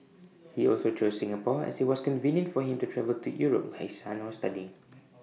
he also chose Singapore as IT was convenient for him to travel to Europe where his son was studying